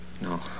No